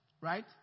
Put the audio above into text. right